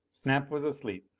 snap was asleep.